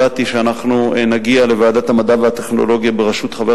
הודעתי שאנחנו נגיע לוועדת המדע והטכנולוגיה בראשות חבר